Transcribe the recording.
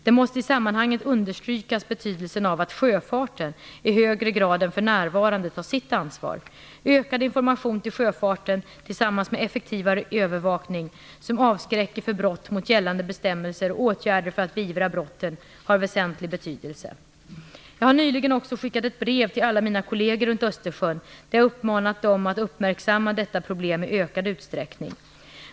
Det måste i sammanhanget understrykas betydelsen av att sjöfarten i högre grad än för närvande tar sitt ansvar. Ökad information till sjöfarten tillsammans med effektivare övervakning, som avskräcker från brott mot gällande bestämmelser, och åtgärder för att beivra brotten har väsentlig betydelse. Jag har nyligen skickat ett brev till alla mina kolleger runt Östersjön där jag uppmanat dem att uppmärksamma detta problem i ökad utsträckning.